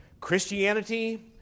Christianity